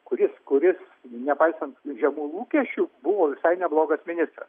kuris kuris nepaisant žemų lūkesčių buvo visai neblogas ministras